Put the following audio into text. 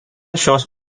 šios